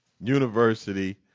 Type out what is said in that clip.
University